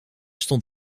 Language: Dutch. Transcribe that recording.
stond